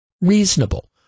reasonable